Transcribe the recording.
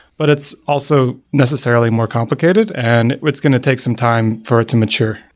but it's also necessarily more complicated and it's going to take some time for it to mature.